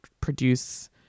produce